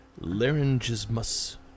laryngismus